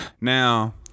Now